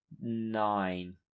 nine